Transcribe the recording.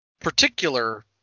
particular